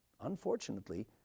Unfortunately